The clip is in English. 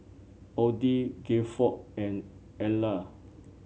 Odie Gilford and Ellar